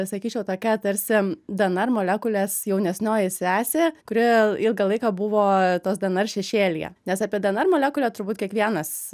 sakyčiau tokia tarsi dnr molekulės jaunesnioji sesė kuri ilgą laiką buvo tos dnr šešėlyje nes apie dnr molekulę turbūt kiekvienas